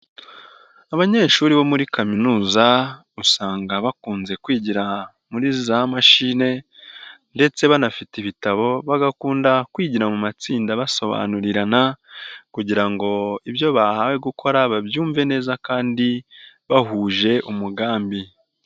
Abanyeshuri bo muri kaminuza, usanga bakunze kwigira muri za mashine ndetse banafite ibitabo, bagakunda kwigira mu matsinda basobanurirana kugira ngo ibyo bahawe gukora babyumve neza kandi bahuje umugambi.